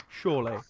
surely